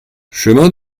chemin